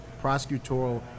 prosecutorial